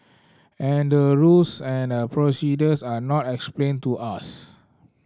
and the rules and procedures are not explained to us